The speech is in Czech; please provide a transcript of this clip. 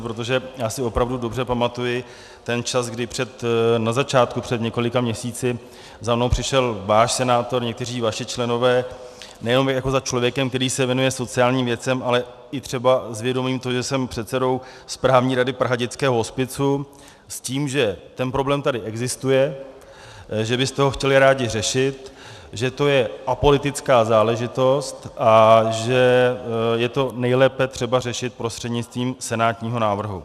Protože já si opravdu dobře pamatuji ten čas, kdy na začátku, před několika měsíci, za mnou přišel váš senátor, někteří vaši členové nejenom jako za člověkem, který se věnuje sociálním věcem, ale i třeba s vědomím toho, že jsem předsedou správní rady prachatického hospicu, s tím, že ten problém tady existuje, že byste ho chtěli rádi řešit, že to je apolitická záležitost a že je to nejlépe třeba řešit prostřednictvím senátního návrhu.